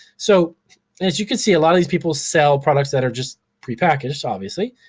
so as you can see a lot of these people sell products that are just prepackaged, obviously.